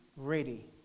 Ready